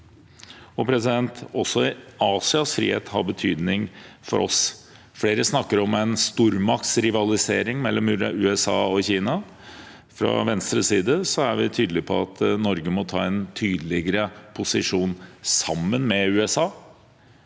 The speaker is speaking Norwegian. og andre saker Også Asias frihet har betydning for oss. Flere snakker om en stormaktsrivalisering mellom USA og Kina. Fra Venstres side er vi tydelig på at Norge må ta en tydeligere posisjon, sammen med USA.